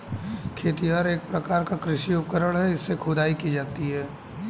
खेतिहर एक प्रकार का कृषि उपकरण है इससे खुदाई की जाती है